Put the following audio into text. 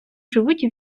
живуть